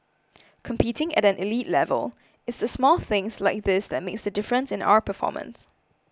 competing at an elite level it's the small things like this that makes the difference in our performance